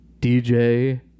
DJ